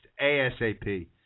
ASAP